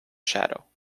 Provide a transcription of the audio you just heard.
shadow